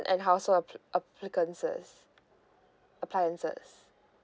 and household app~ appliances